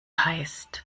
heißt